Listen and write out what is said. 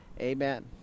Amen